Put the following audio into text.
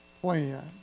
plan